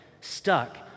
stuck